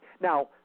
Now